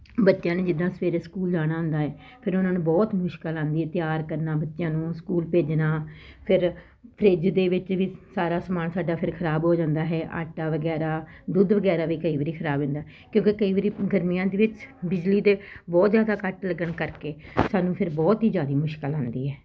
ਬੱਚਿਆਂ ਨੂੰ ਜਿੱਦਾਂ ਸਵੇਰੇ ਸਕੂਲ ਜਾਣਾ ਹੁੰਦਾ ਹੈ ਫਿਰ ਉਹਨਾਂ ਨੂੰ ਬਹੁਤ ਮੁਸ਼ਕਿਲ ਆਉਂਦੀ ਤਿਆਰ ਕਰਨਾ ਬੱਚਿਆਂ ਨੂੰ ਸਕੂਲ ਭੇਜਣਾ ਫਿਰ ਫਰਿੱਜ ਦੇ ਵਿੱਚ ਵੀ ਸਾਰਾ ਸਮਾਨ ਸਾਡਾ ਫਿਰ ਖਰਾਬ ਹੋ ਜਾਂਦਾ ਹੈ ਆਟਾ ਵਗੈਰਾ ਦੁੱਧ ਵਗੈਰਾ ਵੀ ਕਈ ਵਾਰੀ ਖਰਾਬ ਹੁੰਦਾ ਕਿਉਂਕਿ ਕਈ ਵਾਰੀ ਗਰਮੀਆਂ ਦੇ ਵਿੱਚ ਬਿਜਲੀ ਦੇ ਬਹੁਤ ਜ਼ਿਆਦਾ ਕੱਟ ਲੱਗਣ ਕਰਕੇ ਸਾਨੂੰ ਫਿਰ ਬਹੁਤ ਹੀ ਜ਼ਿਆਦਾ ਮੁਸ਼ਕਿਲ ਆਉਂਦੀ ਹੈ